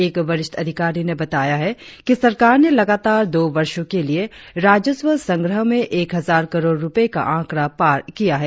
एक वरिष्ठ अधिकारी ने बताया है कि सरकार ने लगातार दो वर्षों के लिए राजस्व संग्रह में एक हजार करोड़ रुपए का आंकड़ा पार किया है